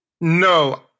No